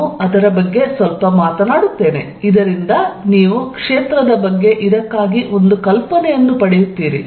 ನಾನು ಅದರ ಬಗ್ಗೆ ಸ್ವಲ್ಪ ಮಾತನಾಡುತ್ತೇನೆ ಇದರಿಂದ ನೀವು ಕ್ಷೇತ್ರದ ಬಗ್ಗೆ ಇದಕ್ಕಾಗಿ ಒಂದು ಕಲ್ಪನೆಯನ್ನು ಪಡೆಯುತ್ತೀರಿ